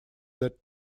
that